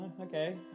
Okay